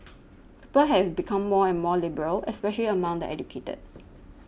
people have become more and more liberal especially among the educated